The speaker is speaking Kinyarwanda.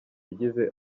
yagize